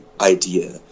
idea